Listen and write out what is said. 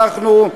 אנחנו,